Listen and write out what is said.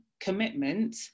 commitment